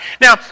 Now